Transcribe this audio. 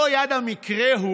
לא יד המקרה היא